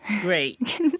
Great